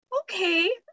okay